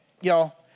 y'all